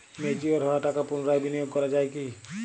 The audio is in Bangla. ম্যাচিওর হওয়া টাকা পুনরায় বিনিয়োগ করা য়ায় কি?